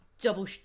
double